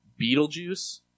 Beetlejuice